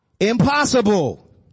impossible